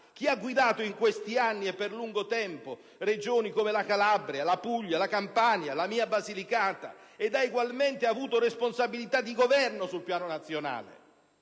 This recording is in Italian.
Chi ha guidato in questi anni, e per lungo tempo, Regioni come la Calabria, la Puglia, la Campania, la mia Basilicata ha egualmente avuto responsabilità di Governo sul piano nazionale.